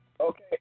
Okay